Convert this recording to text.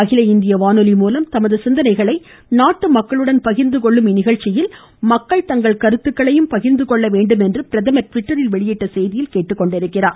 அகில இந்திய வானொலி மூலம் தமது சிந்தனைகளை நாட்டு மக்களுடன் பகிா்ந்து கொள்ளும் இந்நிகழ்ச்சியில் மக்கள் தங்கள் கருத்துக்களையும் பகிா்ந்து கொள்ள வேண்டும் என பிரதமா் ட்விட்டரில் வெளியிட்ட செய்தியில் கேட்டுக்கொண்டுள்ளார்